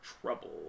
trouble